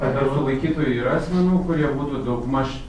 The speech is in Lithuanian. ar tarp sulaikytųjų yra asmenų kurie būtų daugmaž